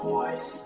Boys